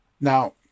Now